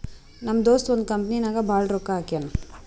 ನಮ್ ದೋಸ್ತ ಒಂದ್ ಕಂಪನಿ ನಾಗ್ ಭಾಳ್ ರೊಕ್ಕಾ ಹಾಕ್ಯಾನ್